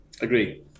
Agree